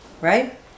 right